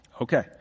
Okay